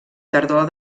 tardor